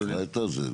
תקרא את זה.